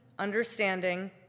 understanding